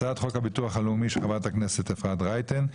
הצעת חוק הביטוח הלאומי של חברת הכנסת אפרת רייטן,